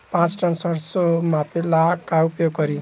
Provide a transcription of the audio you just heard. पाँच टन सरसो मापे ला का उपयोग करी?